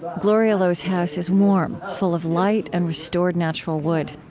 gloria lowe's house is warm, full of light and restored natural wood.